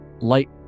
light